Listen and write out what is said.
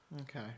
Okay